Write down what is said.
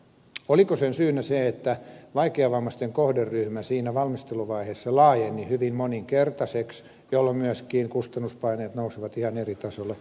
oliko sen syynä se että vaikeavammaisten kohderyhmä siinä valmisteluvaiheessa laajeni hyvin moninkertaiseksi jolloin myöskin kustannuspaineet nousivat ihan eri tasolle